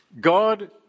God